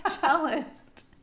cellist